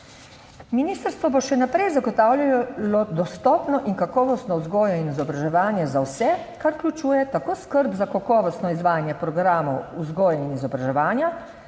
Ministrstvo bo še naprej zagotavljalo dostopno in kakovostno vzgojo in izobraževanje za vse, kar vključuje tako skrb za kakovostno izvajanje programov vzgoje in izobraževanja,